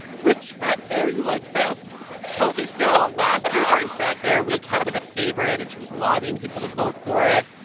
which fat bear you like best kelsey snell, last year during fat bear week, had, like, a favorite. and she was lobbying people to vote for it.